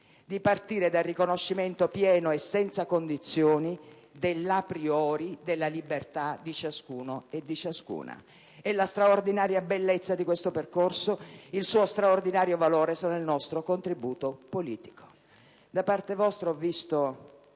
di partire dal riconoscimento pieno e senza condizioni dell'a priori della libertà di ciascuno e di ciascuna. E la straordinaria bellezza di questo percorso, il suo straordinario valore sono il nostro contributo politico. Da parte vostra ho visto